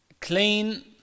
clean